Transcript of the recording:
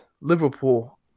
Liverpool